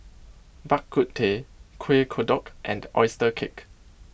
Bak Kut Teh Kueh Kodok and Oyster Cake